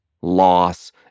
loss